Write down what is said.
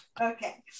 Okay